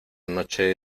noche